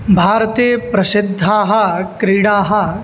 भारते प्रसिद्धाः क्रीडाः